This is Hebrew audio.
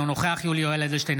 אינו נוכח יולי יואל אדלשטיין,